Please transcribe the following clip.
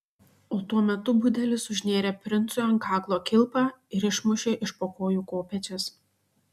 o tuo metu budelis užnėrė princui ant kaklo kilpą ir išmušė iš po kojų kopėčias